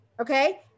okay